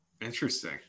Interesting